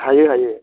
हायो हायो